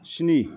स्नि